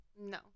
no